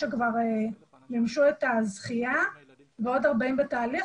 שכבר מימשו את הזכייה ועוד 40 בתהליך.